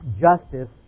justice